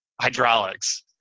hydraulics